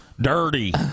Dirty